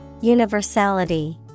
Universality